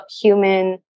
human